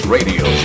Radio